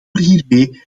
hiermee